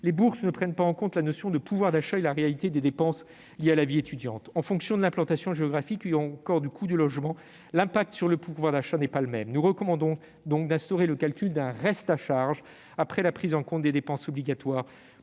les bourses ne prennent pas en compte la notion de pouvoir d'achat et la réalité des dépenses liées à la vie étudiante. En fonction de l'implantation géographique ou encore du coût du logement, l'impact sur le pouvoir d'achat n'est pas le même. Nous recommandons donc d'instaurer le calcul d'un « reste à charge » après la prise en compte des dépenses obligatoires